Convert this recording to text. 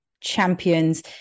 champions